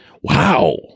wow